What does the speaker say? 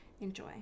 Enjoy